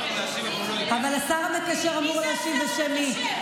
אבל השר המקשר אמור להשיב בשם מי?